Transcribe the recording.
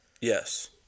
Yes